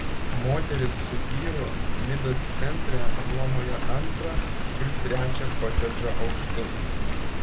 moteris su vyru nidos centre nuomoja antrą ir trečią kotedžo aukštus